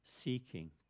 seeking